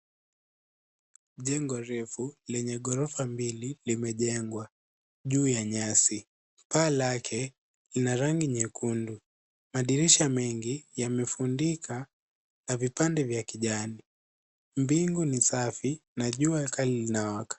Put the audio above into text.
Jengo refu lenye ghorofa mbili limejengwa juu ya nyasi. Paa lake lina rangi nyekundu. Madirisha mengi yamefundika na vipande vya kijani. Mbingu ni safi na jua kali linawaka.